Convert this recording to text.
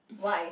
why